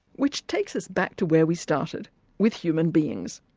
which takes us back to where we started with human beings.